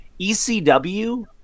ECW